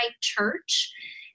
church